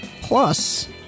plus